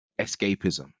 escapism